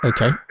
Okay